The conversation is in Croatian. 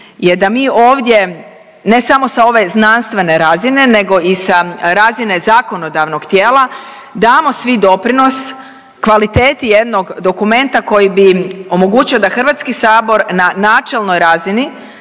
je da mi ovdje ne samo sa ove znanstvene razine, nego i sa razine zakonodavnog tijela damo svi doprinos kvaliteti jednog dokumenta koji bi omogućio da Hrvatski sabor na načelnoj razini